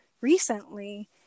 recently